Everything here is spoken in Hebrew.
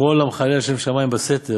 כל המחלל שם שמים בסתר